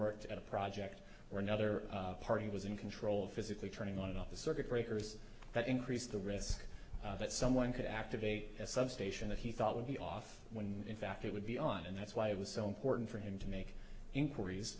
worked at a project or another party was in control physically turning on and off the circuit breakers that increase the risk that someone could activate a substation that he thought would be off when fact it would be on and that's why it was so important for him to make inquiries